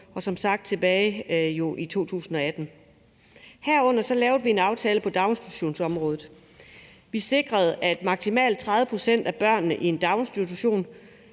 var som sagt tilbage i 2018. Herunder lavede vi en aftale på daginstitutionsområdet. Vi sikrede, at maksimalt 30 pct. af børnene i en daginstitution